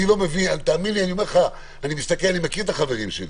אני מכיר את החברים שלי